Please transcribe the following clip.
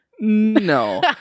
no